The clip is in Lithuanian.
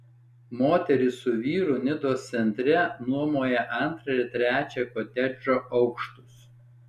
moteris su vyru nidos centre nuomoja antrą ir trečią kotedžo aukštus